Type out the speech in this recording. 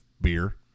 beer